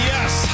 Yes